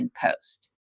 post